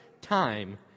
time